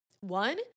one